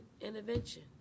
intervention